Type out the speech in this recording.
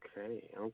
Okay